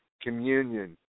communion